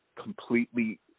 completely